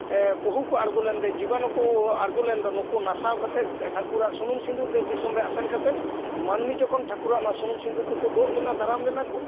ᱮᱜ ᱯᱩᱦᱩ ᱠᱚ ᱟᱬᱜᱚ ᱞᱮᱱ ᱫᱚ ᱡᱤᱵᱟᱱᱩ ᱠᱚ ᱟᱬᱜᱚ ᱞᱮᱱᱫᱚ ᱱᱩᱠᱩ ᱱᱟᱥᱟᱣ ᱠᱟᱛᱮᱜ ᱴᱷᱟᱹᱠᱩᱨᱟᱜ ᱥᱩᱱᱩᱢ ᱫᱮᱥ ᱫᱤᱥᱚᱢ ᱨᱮ ᱟᱥᱮᱱ ᱠᱟᱛᱮᱜ ᱢᱟᱹᱱᱢᱤ ᱡᱚᱠᱷᱚᱱ ᱴᱷᱟᱹᱠᱩᱨᱟᱜ ᱥᱩᱱᱩᱢ ᱥᱤᱸᱫᱩᱨ ᱛᱮᱠᱚ ᱫᱩᱜ ᱞᱮᱱᱟ ᱫᱟᱨᱟᱢ ᱞᱮᱱᱟ ᱠᱚ